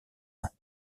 ans